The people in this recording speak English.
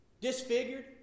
disfigured